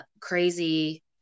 crazy